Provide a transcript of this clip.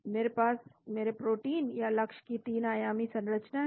मेरे पास मेरे प्रोटीन या लक्ष्य की 3 आयामी संरचना है